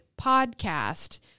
podcast